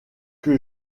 que